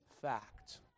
fact